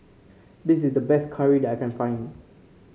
this is the best curried I can find